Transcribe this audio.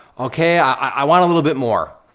okay, i want a little bit more.